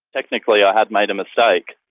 technically i had made a mistake,